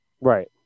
Right